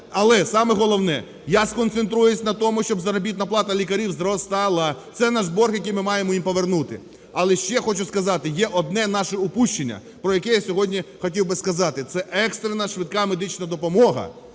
Але саме головне: я сконцентруюсь на тому, щоб заробітна плата лікарів зростала – це наш борг, який ми маємо їм повернути. Але ще хочу сказати, є одне наше упущення, про яке я хотів би сказати, це екстрена швидка медична допомога.